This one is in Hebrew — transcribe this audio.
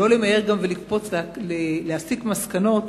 לא למהר ולקפוץ ולהסיק מסקנות,